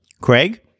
Craig